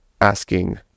asking